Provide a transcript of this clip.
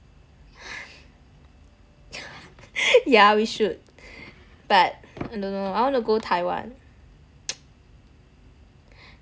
yeah we should I don't know I wanna go Taiwan